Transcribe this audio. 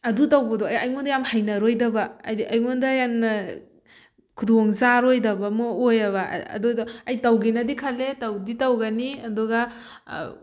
ꯑꯗꯨ ꯇꯧꯕꯗꯣ ꯑꯩꯉꯣꯟꯗ ꯌꯥꯝ ꯍꯩꯅꯔꯣꯏꯗꯕ ꯍꯥꯏꯗꯤ ꯑꯩꯉꯣꯟꯗ ꯌꯥꯝꯅ ꯈꯨꯗꯣꯡꯆꯥꯔꯣꯏꯗꯕ ꯑꯃ ꯑꯣꯏꯌꯦꯕ ꯑꯗꯨꯗꯣ ꯑꯩ ꯇꯧꯒꯦꯅꯗꯤ ꯈꯜꯂꯦ ꯇꯧꯗꯤ ꯇꯧꯒꯅꯤ ꯑꯗꯨꯒ